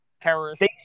terrorists